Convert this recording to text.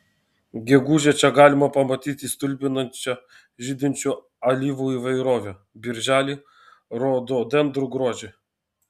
gegužę čia galima pamatyti stulbinančią žydinčių alyvų įvairovę birželį rododendrų grožį